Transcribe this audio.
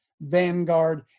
Vanguard